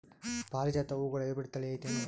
ಪಾರಿಜಾತ ಹೂವುಗಳ ಹೈಬ್ರಿಡ್ ಥಳಿ ಐತೇನು?